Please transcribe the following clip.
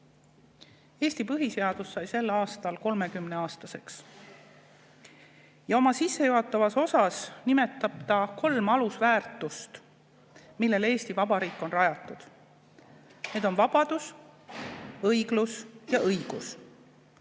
Eesti põhiseadus sai sel aastal 30‑aastaseks. Oma sissejuhatavas osas nimetab ta kolm alusväärtust, millele Eesti Vabariik on rajatud. Need on vabadus, õiglus ja õigus.